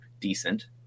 Decent